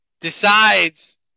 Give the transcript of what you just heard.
decides